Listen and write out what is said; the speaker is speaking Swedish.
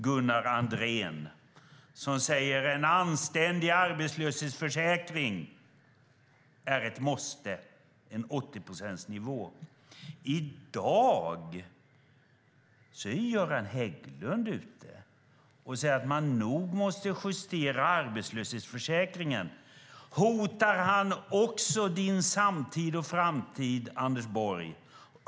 Gunnar Andrén sade att en anständig arbetslöshetsförsäkring är ett måste, en 80-procentsnivå. I dag säger Göran Hägglund att man nog måste justera arbetslöshetsförsäkringen. Hotar han också din samtid och framtid, Anders Borg?